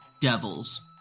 devils